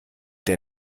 der